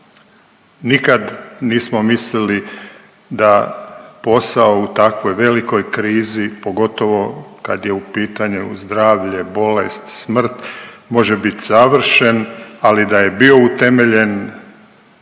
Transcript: Nikad nismo mislili da posao u takvoj velikoj krizi pogotovo kad je u pitanju zdravlje, bolest, smrt može bit savršen ali da je bio utemeljen